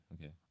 Okay